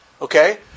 okay